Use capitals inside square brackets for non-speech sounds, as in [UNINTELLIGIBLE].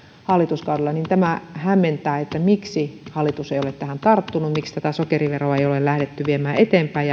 hallituskaudella niin tämä hämmentää että miksi hallitus ei ole tähän tarttunut miksi tätä sokeriveroa ei ole lähdetty viemään eteenpäin [UNINTELLIGIBLE]